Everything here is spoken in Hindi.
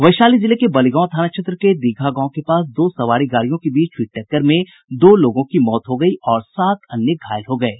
वैशाली जिले के बलिगांव थाना क्षेत्र के दीघा गांव के पास दो सवारी गाड़ियों के बीच हुयी टक्कर में दो लोगों की मौत हो गयी और सात अन्य घायल हो गये